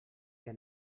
que